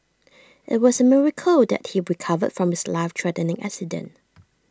IT was A miracle that he recovered from his life threatening accident